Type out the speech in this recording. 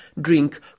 drink